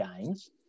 games